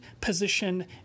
position